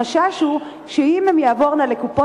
החשש הוא שאם אותו טיפול בילדים יעבור לקופות-החולים,